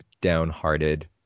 downhearted